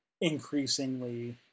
increasingly